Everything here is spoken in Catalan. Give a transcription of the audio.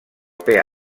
que